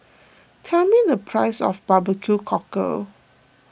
tell me the price of Barbecue Cockle